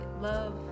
love